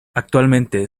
actualmente